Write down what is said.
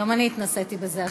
גם אני התנסיתי בזה השבוע.